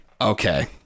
okay